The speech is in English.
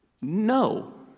No